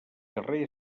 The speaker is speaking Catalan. carrer